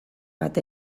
bat